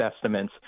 estimates